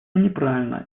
неправильно